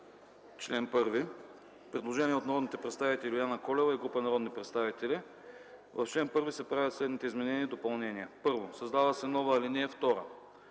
чл. 1 има предложение от народните представители Юлиана Колева и група народни представители: В чл. 1 се правят следните изменения и допълнения: 1. Създава се нова ал. 2.